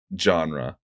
genre